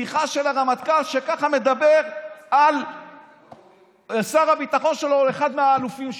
שיחה של הרמטכ"ל מדבר ככה על שר הביטחון שלו או על אחד מהאלופים שלו,